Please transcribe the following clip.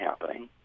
happening